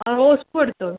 ആ റോസ്പൂ എടുത്തോ